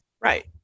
right